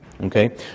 Okay